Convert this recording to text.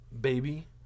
Baby